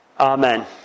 Amen